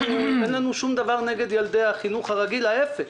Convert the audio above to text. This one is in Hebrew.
לנו אין שום דבר נגד ילדי החינוך הרגיל אלא להיפך.